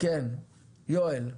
יואל,